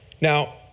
Now